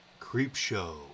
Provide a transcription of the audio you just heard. Creepshow